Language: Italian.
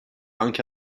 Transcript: anche